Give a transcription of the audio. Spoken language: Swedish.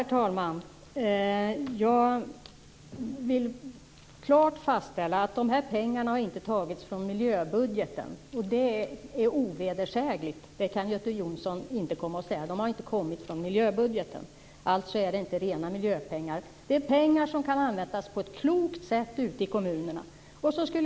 Herr talman! Jag vill klart fastställa att de här pengarna inte har tagits från miljöbudgeten. Det är ovedersägligt. Det kan Göte Jonsson inte komma och säga. De har inte kommit från miljöbudgeten - alltså är det inte rena miljöpengar. Det är pengar som kan användas på ett klokt sätt ute i kommunerna.